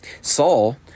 Saul